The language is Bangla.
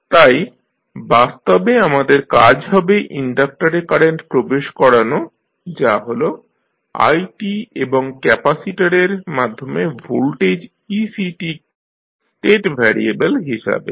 তাই বাস্তবে আমাদের কাজ হবে ইনডাকটরে কারেন্ট প্রবেশ করানো যা হল i এবং ক্যাপাসিটরের মাধ্যমে ভোল্টেজ ec স্টেট ভ্যারিয়েবেল হিসাবে